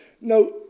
no